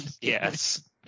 Yes